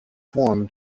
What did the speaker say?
form